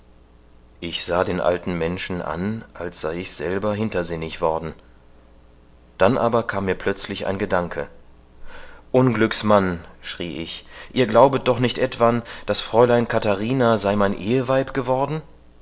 ich sah den alten menschen an als sei ich selber hintersinnig worden dann aber kam mir plötzlich ein gedanke unglücksmann schrie ich ihr glaubet doch nicht etwan das fräulein katharina sei mein eheweib geworden